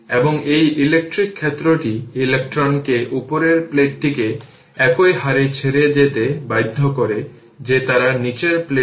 তাহলে এটা হল 20 ভোল্ট তাহলে 20120 হল 16 অ্যাম্পিয়ার